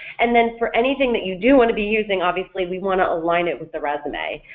and then for anything that you do want to be using obviously we want to align it with the resume,